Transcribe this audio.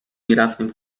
میرفتیم